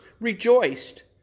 rejoiced